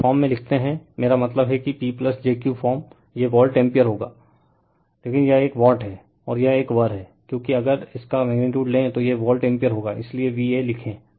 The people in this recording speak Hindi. जब इस फॉर्म में लिखते हैं मेरा मतलब है कि P jQ फॉर्म यह वोल्ट एम्पीयर होगा लेकिन यह एक वाट है और यह एक वर है क्योंकि अगर इसका मैग्नीटयूड ले तो यह वोल्ट एम्पीयर होगा इसलिए VA लिखें